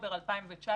באוקטובר 2019,